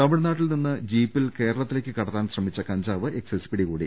തമിഴ്നാട്ടിൽ നിന്ന് ജീപ്പിൽ കേരളത്തിലേക്ക് കടത്താൻ ശ്രമിച്ച കഞ്ചാവ് എക്സൈസ് പിടികൂടി